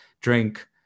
drink